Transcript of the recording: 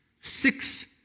six